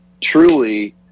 truly